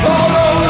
Follow